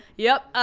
yep.